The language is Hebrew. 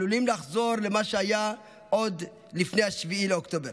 עלולים לחזור עוד למה שהיה לפני 7 באוקטובר.